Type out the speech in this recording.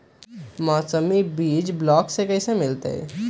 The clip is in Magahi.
मौसमी बीज ब्लॉक से कैसे मिलताई?